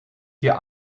hier